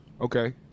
Okay